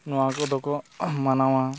ᱱᱚᱣᱟ ᱠᱚᱫᱚ ᱠᱚ ᱢᱟᱱᱟᱣᱟ